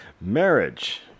Marriage